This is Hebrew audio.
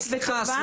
קוסמת וטובה,